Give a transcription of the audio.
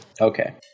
Okay